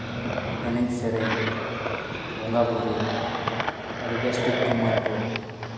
ᱮᱱᱮᱡᱽᱼᱥᱮᱨᱮᱧ ᱵᱚᱸᱜᱟᱼᱵᱩᱨᱩ ᱟᱹᱰᱤᱵᱮᱥ ᱴᱷᱤᱠ ᱠᱚ ᱢᱟᱹᱱ ᱠᱚᱣᱟ